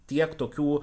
tiek tokių